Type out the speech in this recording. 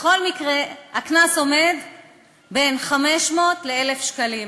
בכל מקרה, הקנס הוא בין 500 ל-1,000 שקלים.